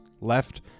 left